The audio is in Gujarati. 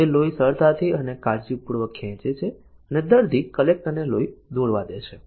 તે લોહી સરળતાથી અને કાળજીપૂર્વક ખેંચે છે અને દર્દી કલેક્ટરને લોહી દોરવા દે છે